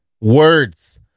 words